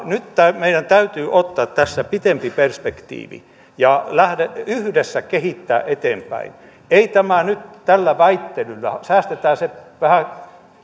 nyt meidän täytyy ottaa tässä pitempi perspektiivi ja yhdessä kehittää eteenpäin ei tämä nyt tällä väittelyllä säästetään se vähän